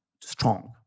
strong